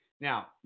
Now